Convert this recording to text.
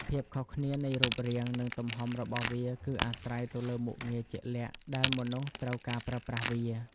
ភាពខុសគ្នានៃរូបរាង និងទំហំរបស់វាគឺអាស្រ័យទៅលើមុខងារជាក់លាក់ដែលមនុស្សត្រូវការប្រើប្រាស់វា។